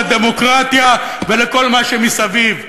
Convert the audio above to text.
לדמוקרטיה ולכל מה שמסביב.